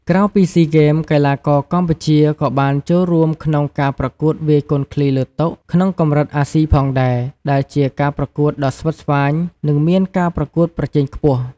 ក្រៅពីស៊ីហ្គេម កីឡាករកម្ពុជាក៏បានចូលរួមក្នុងការប្រកួតវាយកូនឃ្លីលើតុក្នុងកម្រិតអាស៊ីផងដែរ ដែលជាការប្រកួតដ៏ស្វិតស្វាញ និងមានការប្រកួតប្រជែងខ្ពស់។